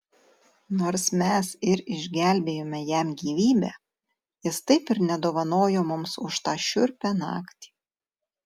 nors mes ir išgelbėjome jam gyvybę jis taip ir nedovanojo mums už tą šiurpią naktį